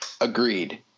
Agreed